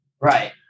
Right